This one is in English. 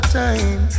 time